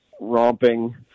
romping